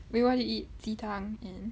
wait what did you eat 鸡汤 and